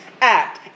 act